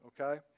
Okay